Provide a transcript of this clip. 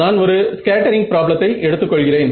நான் ஒரு ஸ்கேட்டெரிங் ப்ராப்ளத்தை எடுத்துக் கொள்கிறேன்